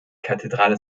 kathedrale